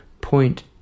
point